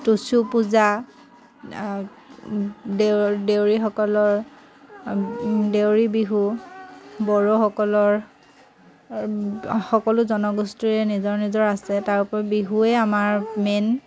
টুচু পূজা দেউ দেউৰীসকলৰ দেউৰী বিহু বড়োসকলৰ সকলো জনগোষ্ঠীৰে নিজৰ নিজৰ আছে তাৰ উপৰি বিহুৱে আমাৰ মেইন